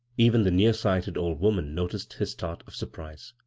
eva b the near-sighted old woman noticed his start of surprise.